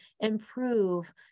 improve